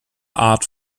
art